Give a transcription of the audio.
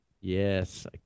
Yes